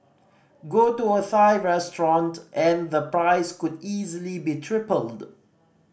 go to a Thai restaurant and the price could easily be tripled